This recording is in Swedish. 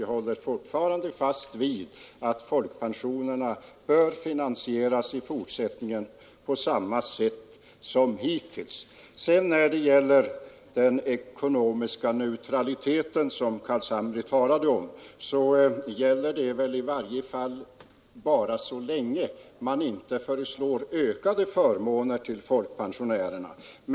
Jag håller fortfarande fast vid att folkpensionerna också i fortsättningen bör finansieras på samma sätt som hittills. Den ekonomiska neutralitet som herr Carlshamre talade om gäller i varje fall bara så länge man inte föreslår ökade förmåner för folkpensionärerna.